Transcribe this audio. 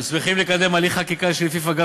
אנחנו שמחים לקדם הליך חקיקה שלפיו אגף